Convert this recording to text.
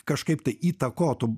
kažkaip tai įtakotų